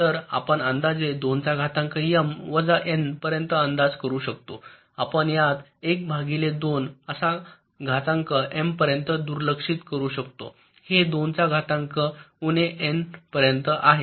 तर आपण अंदाजे 2 चा घातांक M वजा एन पर्यंत अंदाजे करू शकता आपण यात १ भागिले 2 चा घातांक एम पर्यंत दुर्लक्षित करू शकता हे 2 चा घातांक उणे N पर्यंत आहे